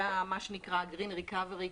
ומה שנקרא ה-green recovery,